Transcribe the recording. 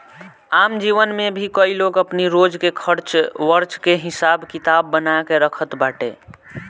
आम जीवन में भी कई लोग अपनी रोज के खर्च वर्च के हिसाब किताब बना के रखत बाटे